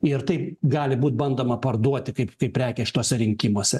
ir tai gali būt bandoma parduoti kaip kaip prekę šituose rinkimuose